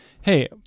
hey